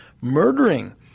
murdering